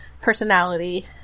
personality